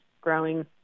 growing